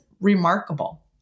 remarkable